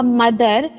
mother